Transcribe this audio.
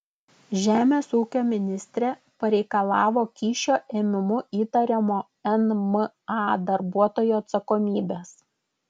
žemės ūkio ministrė pareikalavo kyšio ėmimu įtariamo nma darbuotojo atsakomybės